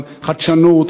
על חדשנות,